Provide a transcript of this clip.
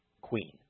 queen